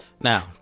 now